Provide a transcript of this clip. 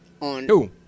on